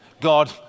God